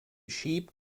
sheep